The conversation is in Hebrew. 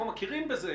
אנחנו מכירים בזה,